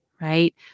right